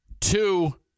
Two